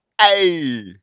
Hey